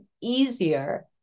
easier